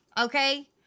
Okay